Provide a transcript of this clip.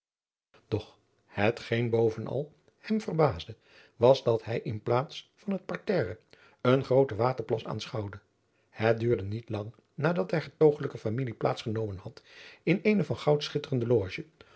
doch hetgeen bovenal hem verbaasde was dat hij in plaats van het parterre een grooten waterplas aanschouwde het duurde niet lang nadat de hertoglijke familie plaats genomen had in eene van goud schitterende loge